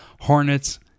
Hornets